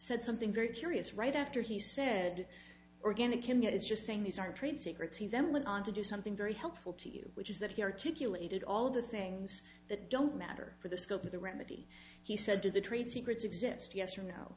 said something very curious right after he said organic can get is just saying these are trade secrets he then went on to do something very helpful to you which is that he articulated all of the things that don't matter for the scope of the remedy he said to the trade secrets exist yes or no